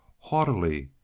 haughtily,